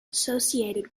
associated